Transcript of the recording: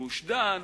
גוש-דן,